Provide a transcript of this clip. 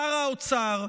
שר האוצר,